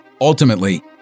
Ultimately